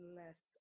less